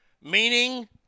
meaning